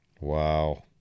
Wow